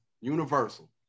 universal